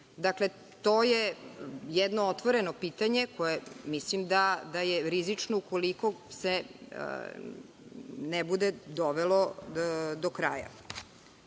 to je jedno otvoreno pitanje koje mislim da je rizično ukoliko se ne bude dovelo do kraja,